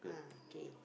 ah okay